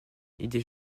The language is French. idées